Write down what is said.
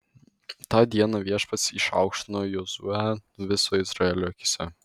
tą dieną viešpats išaukštino jozuę viso izraelio akyse